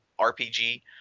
RPG